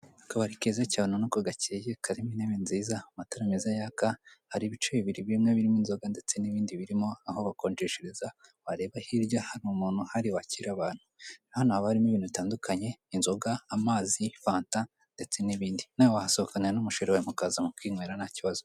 Akabari keza cyane ubonako gakeye karimo intebe nziza, amatara meza yaka hari ibice bibiri bimwe birimo inzoga ndetse n'ibindi birimo aho bakonjeshereza wareba hirya hari umuntu uhari wakira abantu. Hano haba harimo ibintu bitandukanye inzoga, amazi, fanta ndetse n'ibindi nawe wahasohokanira n'umusheri wawe mukaza mukinywera ntakibazo.